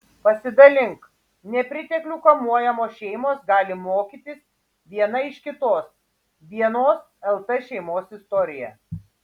pasidalink nepriteklių kamuojamos šeimos gali mokytis viena iš kitos vienos lt šeimos istorija